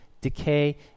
decay